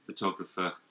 photographer